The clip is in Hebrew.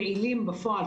פעילים בפועל,